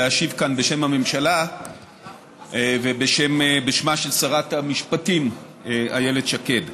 להשיב כאן בשם הממשלה ובשמה של שרת המשפטים איילת שקד.